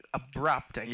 abrupt